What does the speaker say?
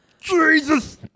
Jesus